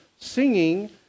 singing